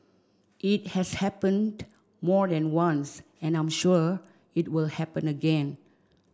it has happened more than once and I'm sure it will happen again